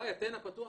גיא, אתנה פתוח.